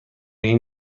این